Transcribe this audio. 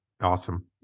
Awesome